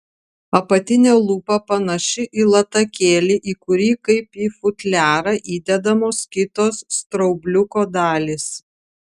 apatinė lūpa panaši į latakėlį į kurį kaip į futliarą įdedamos kitos straubliuko dalys